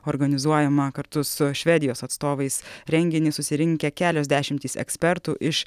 organizuojamą kartu su švedijos atstovais renginį susirinkę kelios dešimtys ekspertų iš